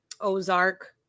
Ozark